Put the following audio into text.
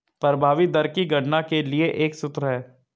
प्रभावी दर की गणना के लिए एक सूत्र है